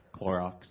Clorox